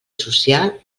social